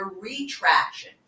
retraction